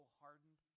hardened